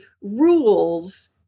rules